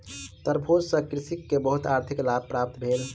तरबूज सॅ कृषक के बहुत आर्थिक लाभ प्राप्त भेल